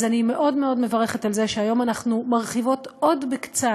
אז אני מאוד מאוד מברכת על זה שהיום אנחנו מרחיבות עוד קצת